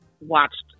watched